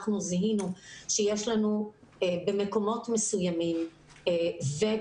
אנחנו זיהינו שבמקומות מסוימות